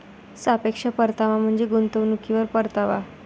सापेक्ष परतावा म्हणजे गुंतवणुकीवर परतावा